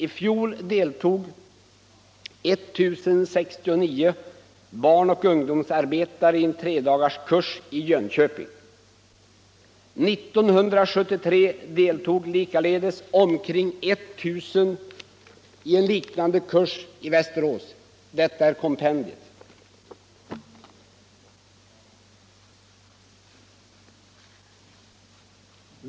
I fjol deltog 1 069 barnoch ungdomsarbetare i en tredagars kurs i Jönköping. 1973 deltog likaledes omkring 1 000 personer i en lik nande kurs i Västerås.